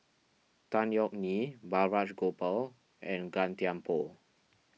Tan Yeok Nee Balraj Gopal and Gan Thiam Poh